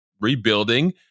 rebuilding